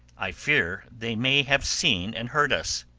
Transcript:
i fear they may have seen and heard us.